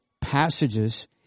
passages